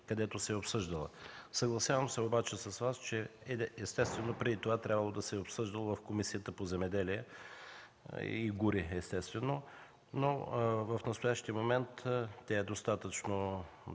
където се е обсъждала. Съгласявам се с Вас, че естествено преди това е трябвало да бъде обсъдена в Комисията по земеделието и горите. В настоящия момент тя е достатъчно